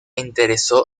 interesó